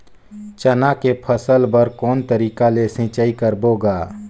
चना के फसल बर कोन तरीका ले सिंचाई करबो गा?